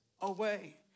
away